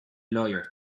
lawyer